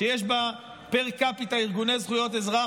שיש בה פר-קפיטה ארגוני זכויות אזרח